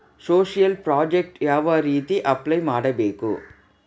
Social project ಯಾವ ರೇತಿ apply ಮಾಡಬೇಕು?